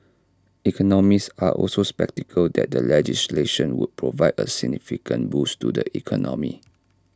economists are also sceptical that the legislation would provide A significant boost to the economy